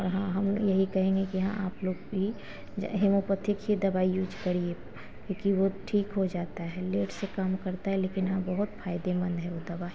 और हाँ और हाँ हमलोग यही कहेंगे कि हाँ आपलोग भी होम्योपैथिक ही दवाई यूज़ करिए क्योंकि वह ठीक हो जाता है लेट से काम करता है लेकिन हाँ बहुत फायदेमन्द है वह दवाई